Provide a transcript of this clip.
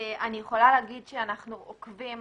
אני יכולה לומר שאנחנו עוקבים